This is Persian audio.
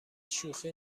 شوخی